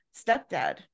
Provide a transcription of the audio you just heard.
stepdad